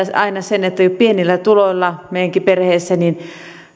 se aina mietityttää että kun pienillä tuloilla eletään meidänkin perheessä